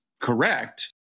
correct